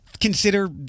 consider